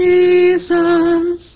Jesus